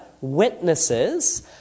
witnesses